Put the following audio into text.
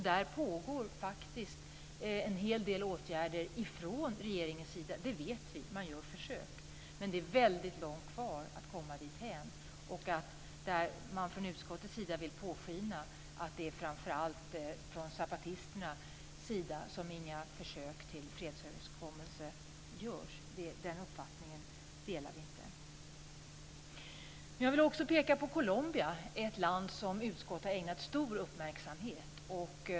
Det vidtas faktiskt en hel del åtgärder från regeringens sida; det vet vi. Man gör försök, men det är väldigt långt kvar. Från utskottets sida vill man påskina att det framför allt är från Zapatisternas sida som det inte görs några försök till fredsöverenskommelser. Den uppfattningen delar vi inte. Jag vill också peka på Colombia. Det är ett land som utskottet har ägnat stor uppmärksamhet.